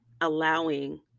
allowing